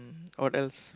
mm what else